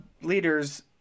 leaders